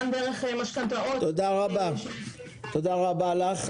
גם דרך משכנתאות --- תודה רבה לך.